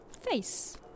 face